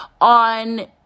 on